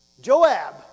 Joab